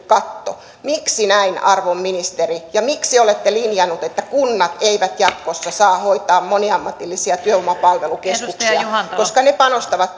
katto miksi näin arvon ministeri ja miksi olette linjannut että kunnat eivät jatkossa saa hoitaa moniammatillisia työvoimapalvelukeskuksia koska ne panostavat